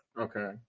Okay